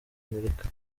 amerika